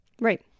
Right